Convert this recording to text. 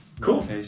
cool